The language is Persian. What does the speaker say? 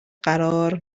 قرار